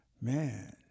Man